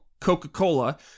coca-cola